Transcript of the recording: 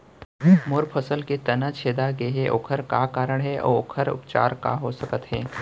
मोर फसल के तना छेदा गेहे ओखर का कारण हे अऊ ओखर उपचार का हो सकत हे?